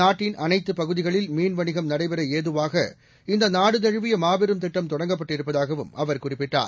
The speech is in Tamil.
நாட்டின் அனைத்துப் பகுதிகளில் மீன் வணிகம் நடைபெற ஏதுவாக இந்த நாடுதழுவிய மாபெரும் திட்டம் தொடங்கப்பட்டிருப்பதாகவும் அவர் குறிப்பிட்டார்